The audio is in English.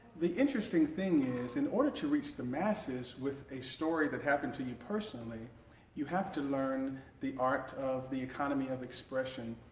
the interesting thing is in order to reach the masses with a story that happened to you personally you have to learn the art of the economy of expression.